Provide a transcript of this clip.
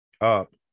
up